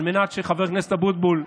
חבר הכנסת אבוטבול,